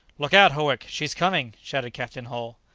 look out, howick, she's coming! shouted captain hull.